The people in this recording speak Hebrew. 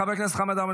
חבר הכנסת חמד עמאר,